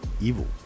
evil